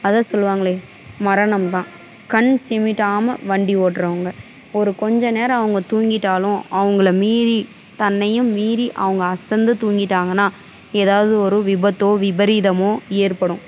அதுதான் சொல்லுவாங்களே மரணம் தான் கண் சிமிட்டாமல் வண்டி ஓட்டுறவுங்க ஒரு கொஞ்சம் நேரம் அவங்க தூங்கிட்டாலும் அவங்கள மீறி தன்னையும் மீறி அவங்க அசந்து தூங்கிட்டாங்கன்னால் ஏதாவது ஒரு விபத்தோ விபரீதமோ ஏற்படும்